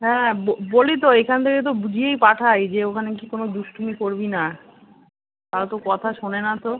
হ্যাঁ বো বলি তো এইখান থেকে তো বুঝিয়েই পাঠাই যে ওখানে কি কোনও দুষ্টুমি করবি না তাও তো কথা শোনে না তো